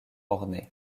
ornées